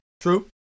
True